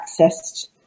accessed